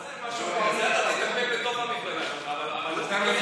זה אתה תקבל בתוך המפלגה שלך, אבל,